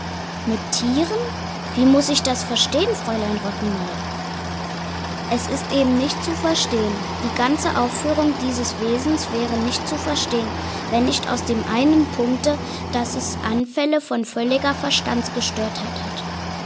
mit tieren wie muss ich das verstehen fräulein rottenmeier es ist eben nicht zu verstehen die ganze aufführung dieses wesens wäre nicht zu verstehen wenn nicht aus dem einen punkte dass es anfälle von völliger verstandesgestörtheit hat